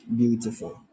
beautiful